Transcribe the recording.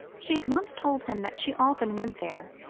she had once told him that she often went there,